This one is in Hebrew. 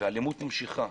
והאלימות ממשיכה.